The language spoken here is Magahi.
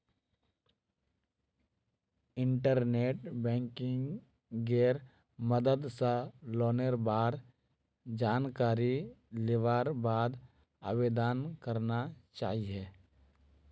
इंटरनेट बैंकिंगेर मदद स लोनेर बार जानकारी लिबार बाद आवेदन करना चाहिए